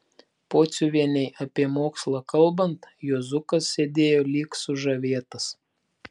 pociuvienei apie mokslą kalbant juozukas sėdėjo lyg sužavėtas